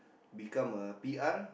become a P_R